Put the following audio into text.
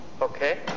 Okay